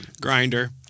Grinder